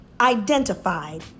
identified